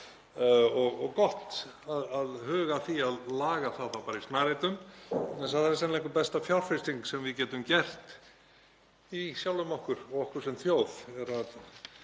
Það gott að huga að því að laga það þá bara í snarheitum vegna þess að það er sennilega besta fjárfesting sem við getum gert í sjálfum okkur og okkur sem þjóð,